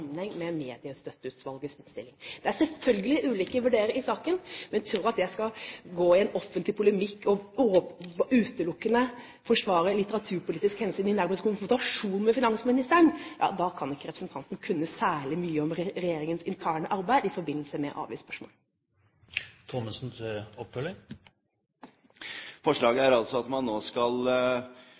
saken. Men hvis representanten tror at jeg skal gå inn i en offentlig polemikk og utelukkende forsvare litteraturpolitiske hensyn, nærmest i konfrontasjon med finansministeren, kan han ikke kunne særlig mye om regjeringens interne arbeid i forbindelse med avgiftsspørsmål. Forslaget er altså at man nå skal